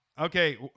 okay